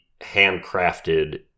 handcrafted